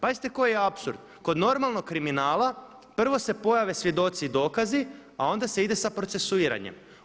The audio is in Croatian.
Pazite koji apsurd, kod normalnog kriminala prvo se pojave svjedoci i dokazi a onda se ide sa procesuiranjem.